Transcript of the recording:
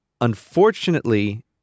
Unfortunately